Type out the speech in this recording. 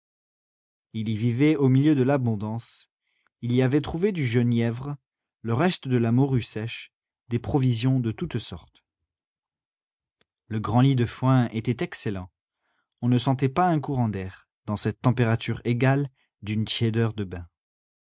il y vivait au milieu de l'abondance il y avait trouvé du genièvre le reste de la morue sèche des provisions de toutes sortes le grand lit de foin était excellent on ne sentait pas un courant d'air dans cette température égale d'une tiédeur de bain